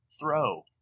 throw